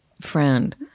friend